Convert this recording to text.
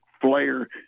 Flair